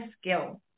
skill